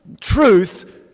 truth